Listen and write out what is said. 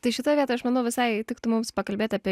tai šitoj vietoj aš manau visai tiktų mums pakalbėt apie